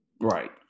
right